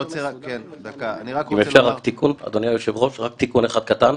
אדוני היושב-ראש, אם אפשר רק תיקון אחד קטן?